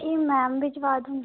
जी ma'am भिजवा दूँगी